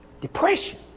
Depression